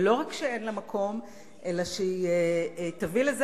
ולא רק שאין לה מקום אלא שהיא תביא לזה